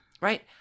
Right